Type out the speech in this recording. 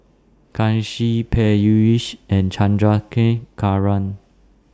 Kanshi Peyush and Chandrasekaran